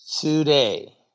today